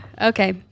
okay